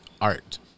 art